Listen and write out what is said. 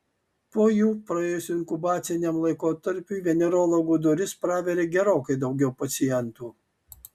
po jų praėjus inkubaciniam laikotarpiui venerologų duris praveria gerokai daugiau pacientų